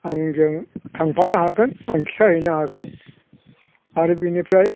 आंजों थांफानो हागोन आं खिथाहैनो हागोन आरो बेनिफ्राय